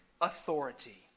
authority